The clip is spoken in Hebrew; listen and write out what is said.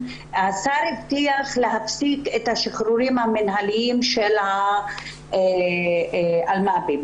השר הבטיח להפסיק את השחרורים המינהליים של האסירים באלימות.